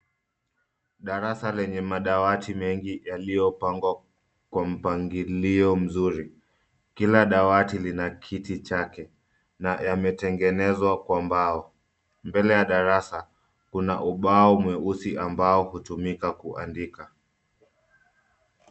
Darasa lenye madawati mengi yaliyopangwa kwa mpangilio mzuri. Kila dawati lina kiti chake na yametengenezwa kwa mbao. Mbele ya darasa, kuna ubao mweusi ambao hutumika kuandika.